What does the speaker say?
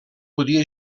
podia